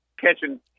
catching